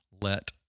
let